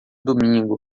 domingo